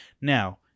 Now